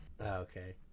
okay